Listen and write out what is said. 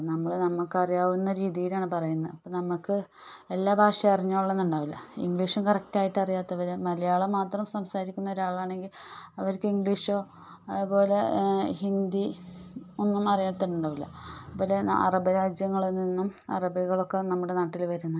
അപ്പം നമ്മൾ നമ്മൾക്കറിയാവുന്ന രീതിയിലാണ് പറയുന്നത് അപ്പം നമ്മൾക്ക് എല്ലാ ഭാഷയും അറിഞ്ഞോളണം എന്നുണ്ടാവില്ല ഇംഗ്ലീഷ് കറക്റ്റായിട്ട് അറിയാത്തവർ മലയാളം മാത്രം സംസാരിക്കുന്ന ഒരാളാണെങ്കിൽ അവർക്ക് ഇംഗ്ലീഷോ അതു പോലെ ഹിന്ദി ഒന്നും അറിയാത്ത ഉണ്ടാവില്ല അതുപോലെ അറബി രാജ്യങ്ങളിൽ നിന്നും അറബികളൊക്കെ നമ്മുടെ നാട്ടിൽ വരുന്നുണ്ട്